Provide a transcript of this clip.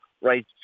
right